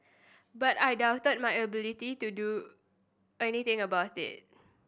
but I doubted my ability to do anything about it